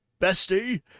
bestie